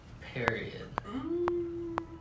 Period